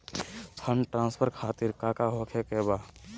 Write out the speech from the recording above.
Fund transfer खातिर काका होखे का बा?